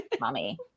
Mommy